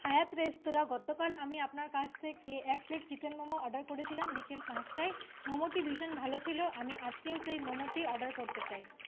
হায়াত রেঁস্তোরা গতকাল আমি আপনার কাছ থেকে এক প্লেট চিকেন মোমো অর্ডার করেছিলাম বিকেল পাঁচটায় মোমোটি ভীষণ ভালো ছিলো আজকেও সেই মোমোটি অর্ডার করতে চাই